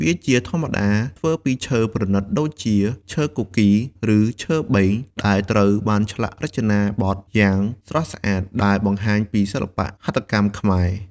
វាជាធម្មតាធ្វើពីឈើប្រណីតដូចជាឈើគគីរ ឬឈើបេង ដែលត្រូវបានឆ្លាក់រចនាបថយ៉ាងស្រស់ស្អាត ដែលបង្ហាញពីសិល្បៈហត្ថកម្មខ្មែរ។